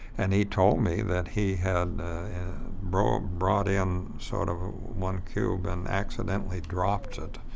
and he told me that he had brought brought in sort of one cube and accidentally dropped it.